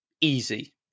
easy